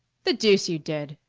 the deuce you did!